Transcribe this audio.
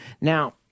Now